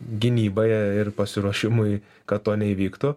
gynybai ir pasiruošimui kad to neįvyktų